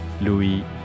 Louis